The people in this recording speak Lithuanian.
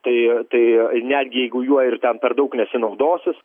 tai tai netgi jeigu juo ir ten dar per daug nesinaudos jis